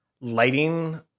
lighting